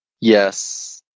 Yes